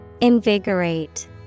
Invigorate